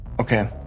Okay